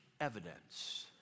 evidence